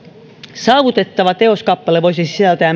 saavutettava teoskappale voisi sisältää